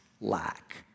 lack